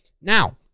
Now